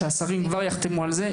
שהשרים כבר יחתמו על זה.